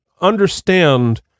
understand